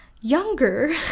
younger